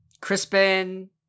Crispin